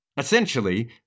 essentially